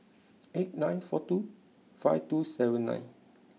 eight nine four two five two seven nine